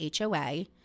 HOA